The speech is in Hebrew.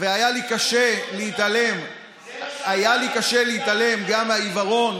והיה לי קשה להתעלם גם מהעיוורון,